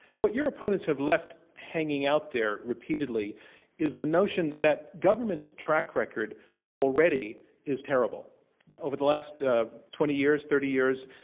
what your opponents have left hanging out there repeatedly is the notion that government's track record already is terrible, that over the last twenty years, thirty years,